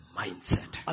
mindset